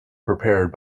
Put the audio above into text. prepared